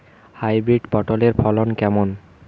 Hybrid পটলের ফলন কেমন?